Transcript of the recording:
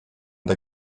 der